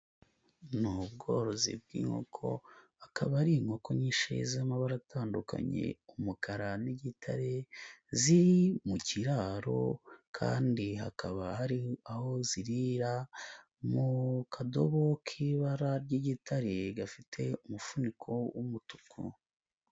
Ni ubworozi bw'inkoko, akaba ari inkoko nyinshi z'amabara atandukanye: umukara n'igitare. Ziri mu kiraro kandi hakaba hari aho zirira, mu kadobo k'ibara ry'igitare, gafite umufuniko w'umutuku.